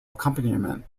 accompaniment